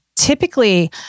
typically